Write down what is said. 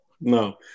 No